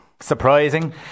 surprising